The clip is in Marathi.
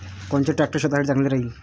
कोनचे ट्रॅक्टर शेतीसाठी चांगले हाये?